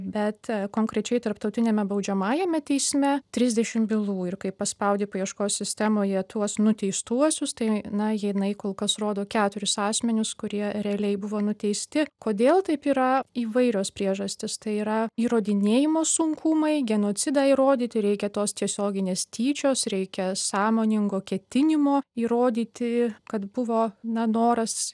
bet konkrečiai tarptautiniame baudžiamajame teisme trisdešim bylų ir kai paspaudi paieškos sistemoje tuos nuteistuosius tai na jinai kol kas rodo keturis asmenius kurie realiai buvo nuteisti kodėl taip yra įvairios priežastys tai yra įrodinėjimo sunkumai genocidą įrodyti reikia tos tiesioginės tyčios reikia sąmoningo ketinimo įrodyti kad buvo na noras